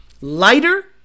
lighter